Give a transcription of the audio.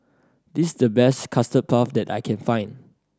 this the best Custard Puff that I can find